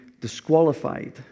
disqualified